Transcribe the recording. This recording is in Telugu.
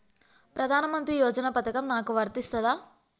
ప్రధానమంత్రి యోజన పథకం నాకు వర్తిస్తదా?